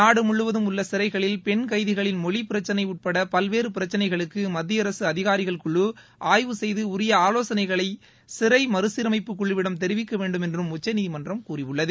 நாடு முழுவதும் உள்ள சிறைகளில் பெண் கைதிகளின் மொழி பிரச்சினை உட்பட பல்வேறு பிரச்சினைகளுக்கு மத்தியஅரசு அதிகாரிகள் குழு ஆய்வு செய்து உரிய ஆலோசனைகளை சிறை மறுசீரமைப்பு குழுவிடம் தெரிவிக்கவேண்டும் என்றும் உச்சநிதிமன்றம் கூறியுள்ளது